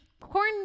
corn